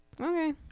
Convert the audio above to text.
Okay